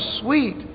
sweet